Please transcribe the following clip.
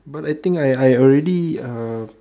but I think I I already uh